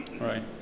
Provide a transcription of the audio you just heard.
Right